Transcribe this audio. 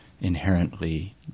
inherently